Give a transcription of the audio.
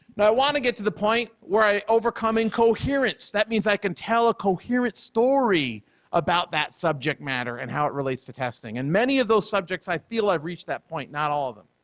now i want to get to the point where i overcome incoherence. that means i can tell a coherent story about that subject matter and how it relates to testing. and many of those subjects i feel i've reached that point, not all of them,